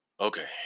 Okay